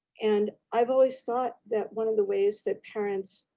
and i've always thought that one of the ways that parents